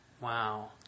wow